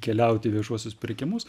keliauti į viešuosius pirkimus